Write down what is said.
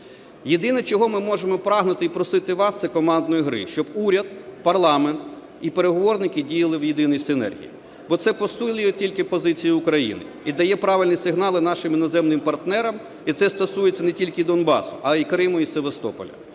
Єдине, чого ми можемо прагнути і просити вас, це командної гри, щоб уряд, парламент і переговорники діяли в єдиній синергії. Бо це по силі тільки позиції України і дає правильні сигнали нашим іноземним партнерам. І це стосується не тільки Донбасу, а і Криму, і Севастополя.